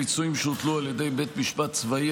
פיצויים שהוטלו על ידי בית משפט צבאי),